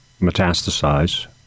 metastasize